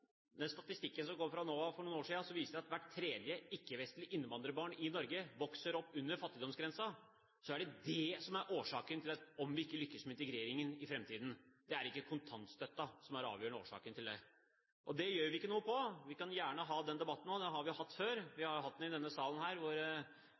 Den statistikken som kom fra NOVA for noen år siden, viser at hvert tredje ikke-vestlige innvandrerbarn i Norge vokser opp under fattigdomsgrensen – og det er det som er årsaken om vi ikke lykkes med integreringen i framtiden. Det er ikke kontantstøtten som er den avgjørende årsaken til det. Den avgjør ikke noe. Vi kan gjerne ha den debatten også – den har vi jo hatt før. Vi